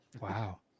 Wow